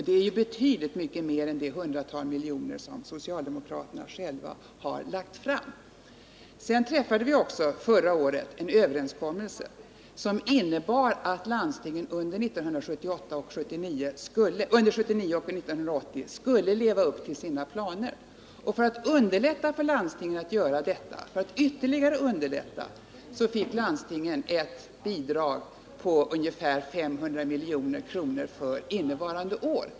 Det är betydligt mer än det hundratal miljoner kronor som socialdemokraterna framlagt förslag om. Förra året träffade vi också en överenskommelse som innebar att landstingen under åren 1979 och 1980 skulle leva upp till sina planer. För att ytterligare underlätta för landstingen att göra detta gav vi landstingen ett bidrag på ungefär 500 milj.kr. för innevarande år.